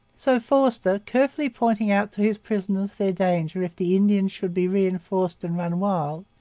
so forster, carefully pointing out to his prisoners their danger if the indians should be reinforced and run wild,